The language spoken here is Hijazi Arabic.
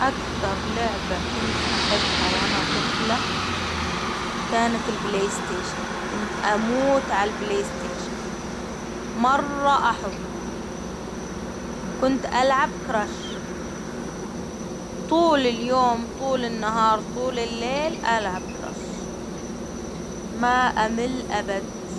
أكثر لعبة كنت أحبها وأنا طفلة، كانت البلايستيشن، كنت أموت على البلايستيشن مرة أحبه، وكنت العب كراش، طول اليوم طول النهار طول الليل العب كراش، ما أمل ابد.